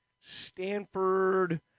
Stanford